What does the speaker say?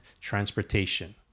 transportation